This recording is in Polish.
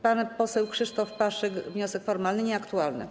Pan poseł Krzysztof Paszyk - wniosek formalny nieaktualny.